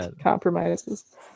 compromises